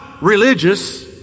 religious